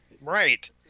Right